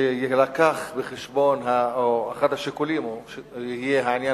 שיילקח בחשבון או שאחד השיקולים יהיה העניין